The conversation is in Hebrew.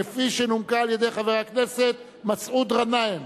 כפי שנומקה על-ידי חבר הכנסת מסעוד גנאים.